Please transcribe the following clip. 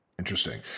Interesting